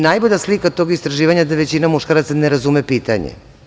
Najbolja slika tog istraživanja je da većina muškaraca ne razume pitanje.